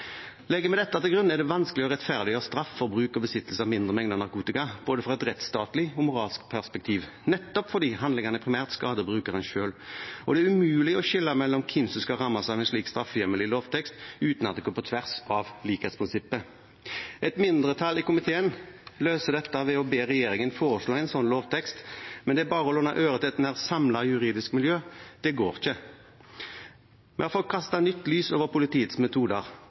Legger vi dette til grunn, er det vanskelig å rettferdiggjøre straff for bruk og besittelse av mindre mengder narkotika, både fra et rettsstatlig og fra et moralsk perspektiv, nettopp fordi handlingene primært skader brukeren selv, og det er umulig å skille mellom hvem som skal rammes av en slik straffehjemmel i lovtekst, uten at det går på tvers av likhetsprinsippet. Et mindretall i komiteen løser dette ved å be regjeringen foreslå en sånn lovtekst, men det er bare å låne øre til et nær samlet juridisk miljø – det går ikke. Vi har fått kastet nytt lys over politiets metoder.